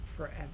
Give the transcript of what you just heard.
forever